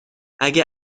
اگه